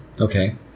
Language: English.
okay